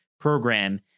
program